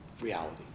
reality